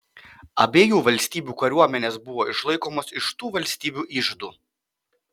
abiejų valstybių kariuomenės buvo išlaikomos iš tų valstybių iždų